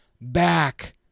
back